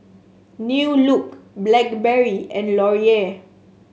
New Look Blackberry and Laurier